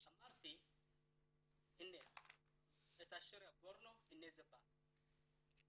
אמרתי "הנה, את אשר יגורנו בא".